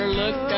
look